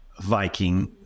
Viking